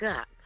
up